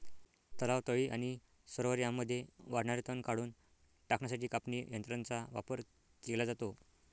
तलाव, तळी आणि सरोवरे यांमध्ये वाढणारे तण काढून टाकण्यासाठी कापणी यंत्रांचा वापर केला जातो